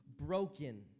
Broken